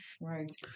right